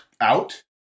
out